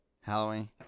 Halloween